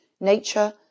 nature